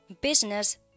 business